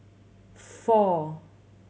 four